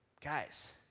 guys